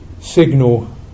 signal